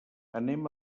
anem